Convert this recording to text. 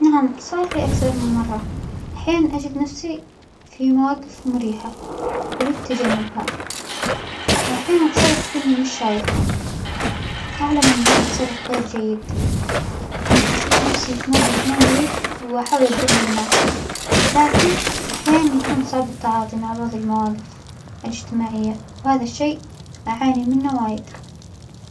نعم، صارلى أكثر من مرة حين أجد نفسي في مواجف مريحة أريد تجنبها، وأحيانا أتصرف كأنى مو شايفهم، أعلم أن هذا تصرف غير جيد إنى أشوف نفسى في موجف مو مريح وأحاول أتجنب الناس، لكن أحيانا يكون صعب التغاظى مع بعض المواجف الإجتماعية وهذا الشيء أعانى من وايد.